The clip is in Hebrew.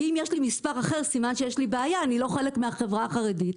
כי אם יש לי מספר אחר סימן שיש לי בעיה ואני לא חלק מהחברה החרדית.